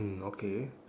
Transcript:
mm okay